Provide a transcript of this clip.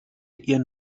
ihren